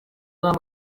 nama